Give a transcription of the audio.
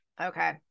okay